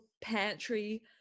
pantry